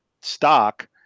stock